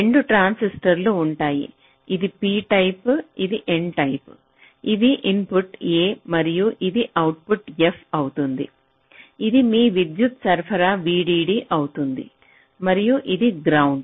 2 ట్రాన్సిస్టర్లు ఉంటాయి ఇది p టైప్ ఇది n టైప్ ఇవి ఇన్పుట్ A మరియు ఇది అవుట్పుట్ f అవుతుంది ఇది మీ విద్యుత్ సరఫరా VDD అవుతుంది మరియు ఇది గ్రౌండ్